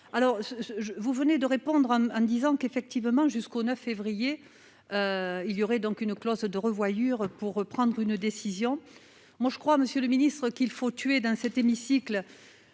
alors je vous venez de répondre en disant qu'effectivement jusqu'au 9 février il y aurait donc une clause de revoyure pour prendre une décision, moi, je crois, monsieur le ministre, qu'il faut tuer dans cet hémicycle,